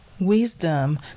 wisdom